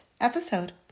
episode